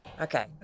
Okay